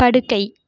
படுக்கை